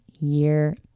year